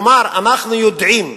כלומר אנחנו יודעים,